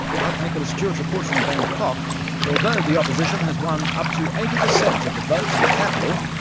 but nicholas stuart reports from bangkok that although the opposition has won up to eighty percent of the vote in the capital,